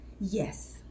yes